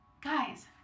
Guys